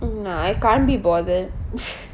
nah I can't be bothered